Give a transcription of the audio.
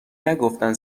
نگفتن